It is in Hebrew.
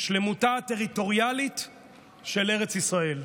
שלמותה הטריטוריאלית של ארץ ישראל: